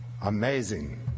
Amazing